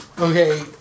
Okay